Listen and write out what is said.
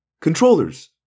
Controllers